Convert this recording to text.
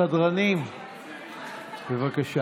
סדרנים, בבקשה.